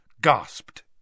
gasped